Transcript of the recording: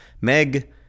Meg